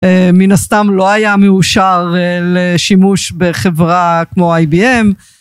אה... מן הסתם לא היה מאושר לשימוש בחברה כמו IBM